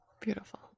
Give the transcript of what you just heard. Beautiful